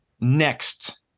Next